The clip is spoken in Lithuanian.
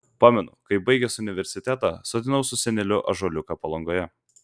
pamenu kaip baigęs universitetą sodinau su seneliu ąžuoliuką palangoje